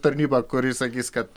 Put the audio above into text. tarnybą kuri sakys kad